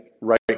right